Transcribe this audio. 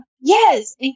Yes